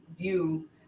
view